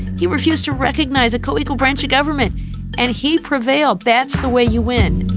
he refused to recognize a co-equal branch of government and he prevailed. that's the way you win